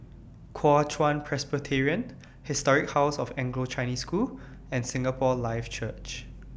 Kuo Chuan Presbyterian Historic House of Anglo Chinese School and Singapore Life Church